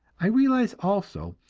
i realize, also,